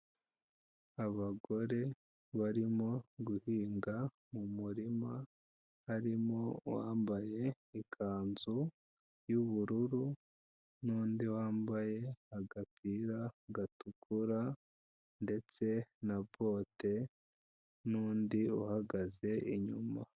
Abagore barimo guhinga mu murima, harimo wambaye ikanzu y'ubururu n'undi wambaye agapira gatukura ndetse na bote n'undi uhagaze inyuma.